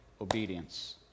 obedience